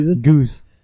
goose